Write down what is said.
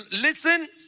listen